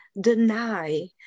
deny